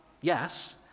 yes